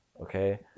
Okay